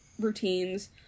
routines